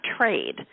trade